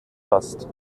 fast